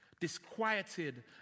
disquieted